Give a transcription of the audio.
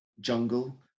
Jungle